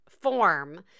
form